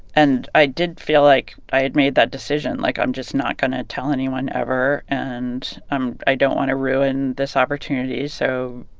and i did feel like i had made that decision. like, i'm just not going to tell anyone, ever, and i don't want to ruin this opportunity. so,